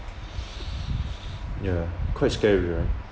ya quite scary right